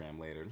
later